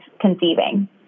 conceiving